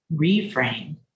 reframe